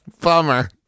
bummer